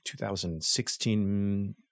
2016